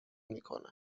میکنن